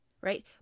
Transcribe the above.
right